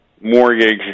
mortgage